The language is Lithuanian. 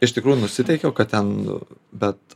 iš tikrųjų nusiteikiau kad ten bet